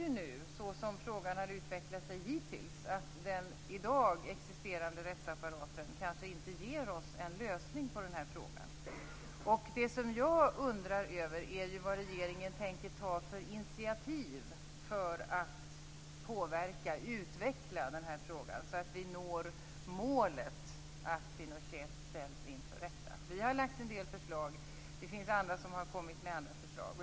Men som frågan har utvecklats hittills verkar det som om den i dag existerande rättsapparaten kanske inte ger oss en lösning på den här frågan. Det som jag undrar över är vilka initiativ regeringen tänker ta för att påverka och utveckla frågan så att vi når målet att Pinochet ställs inför rätta. Vi har lagt en del förslag. Det finns andra som har kommit med andra förslag.